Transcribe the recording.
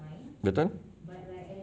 betul